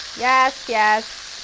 yes, yes,